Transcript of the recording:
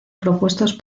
propuestos